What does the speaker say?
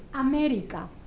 america,